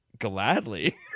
Gladly